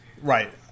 right